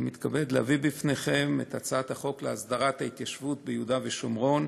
אני מתכבד להביא בפניכם את הצעת חוק להסדרת ההתיישבות ביהודה והשומרון,